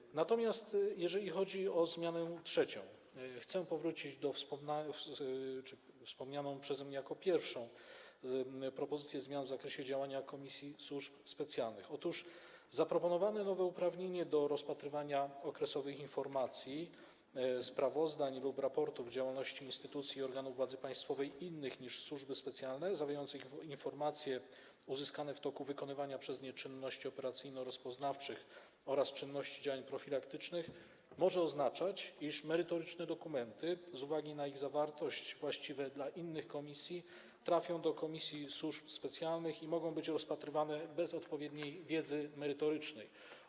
Jeżeli natomiast chodzi o zmianę trzecią, wspomnianą przeze mnie jako pierwsza propozycja zmian w zakresie działania Komisji do Spraw Służb Specjalnych, to zaproponowane nowe uprawnienie do rozpatrywania okresowych informacji, sprawozdań lub raportów z działalności instytucji i organów władzy państwowej innych niż służby specjalne, zawierających informacje uzyskane w toku wykonywania przez nie czynności operacyjno-rozpoznawczych oraz czynności i działań profilaktycznych, może oznaczać, iż merytoryczne dokumenty z uwagi na ich zawartość właściwą dla innych komisji trafią do Komisji do Spraw Służb Specjalnych i mogą być rozpatrywane bez odpowiedniej wiedzy merytorycznej.